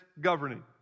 Governing